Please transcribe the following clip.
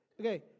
okay